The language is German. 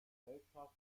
gesellschaft